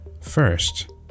First